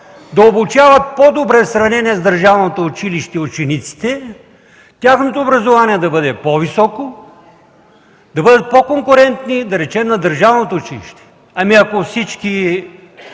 да обучават по-добре в сравнение с държавното училище учениците, тяхното образование да бъде по-високо, да бъдат по-конкурентни, да речем на държавното училище. Ако всички